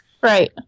Right